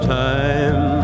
time